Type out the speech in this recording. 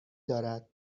دارد